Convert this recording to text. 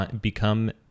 become